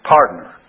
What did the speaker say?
Partner